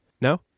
no